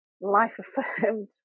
life-affirmed